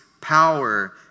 power